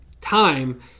time